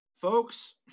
folks